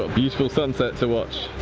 ah beautiful sunset to watch!